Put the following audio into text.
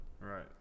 right